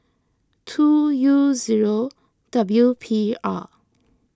two U zero W P R